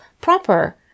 proper